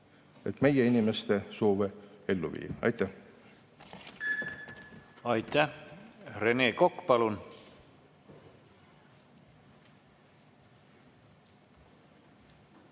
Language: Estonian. et meie inimeste soove ellu viia. Aitäh! Aitäh! Rene Kokk, palun!